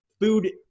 food